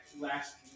last